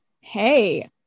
hey